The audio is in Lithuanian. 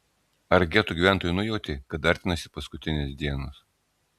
ar geto gyventojai nujautė kad artinasi paskutinės dienos